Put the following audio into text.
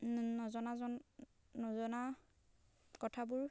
নজনাজন নজনা কথাবোৰ